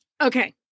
Okay